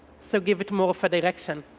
so give it more for direction.